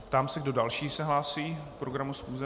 Ptám se, kdo další se hlásí k pořadu schůze.